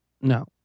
No